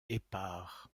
épars